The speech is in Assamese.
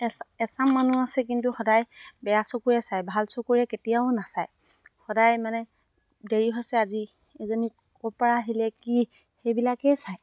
এচাম মানুহ আছে কিন্তু সদায় বেয়া চকুৰে চায় ভাল চকুৰে কেতিয়াও নাচায় সদায় মানে দেৰি হৈছে আজি এজনী ক'ৰ পৰা আহিলে কি সেইবিলাকেই চায়